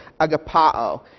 agapao